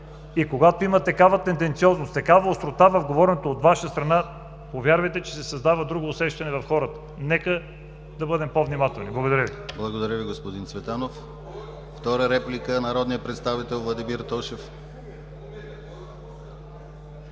И когато има такава тенденциозност, такава острота в говоренето от Ваша страна, повярвайте, че се създава друго усещане в хората. Нека да бъдем по-внимателни. Благодаря Ви. ПРЕДСЕДАТЕЛ ДИМИТЪР ГЛАВЧЕВ: Благодаря Ви, господин Цветанов. Втора реплика? Народният представител Владимир Тошев.